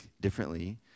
differently